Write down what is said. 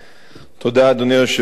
אדוני היושב-ראש,